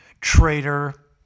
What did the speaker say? Traitor